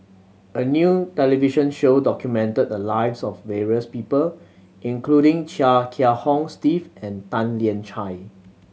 a new television show documented the lives of various people including Chia Kiah Hong Steve and Tan Lian Chye